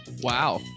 Wow